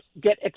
get